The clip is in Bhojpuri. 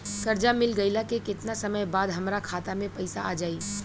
कर्जा मिल गईला के केतना समय बाद हमरा खाता मे पैसा आ जायी?